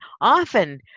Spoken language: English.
often